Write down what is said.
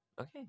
Okay